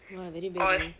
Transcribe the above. !wah! very very